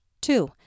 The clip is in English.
Two